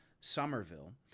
somerville